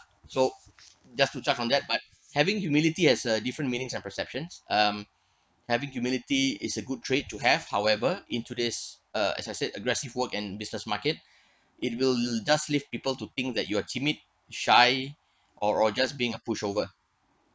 so just to check on that but having humility has a different meanings and perceptions um having humility is a good trait to have however into this uh as I said aggressive work and business market it will just leave people to think that you are timid shy or or just being a pushover